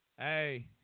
Hey